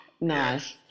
Nice